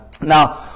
Now